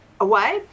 away